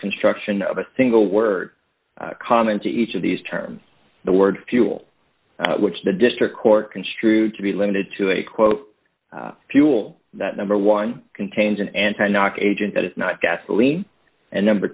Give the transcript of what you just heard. construction of a single word common to each of these terms the word fuel which the district court construed to be limited to a quote fuel that number one contains an anti knock agent that is not gasoline and number